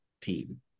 team